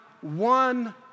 one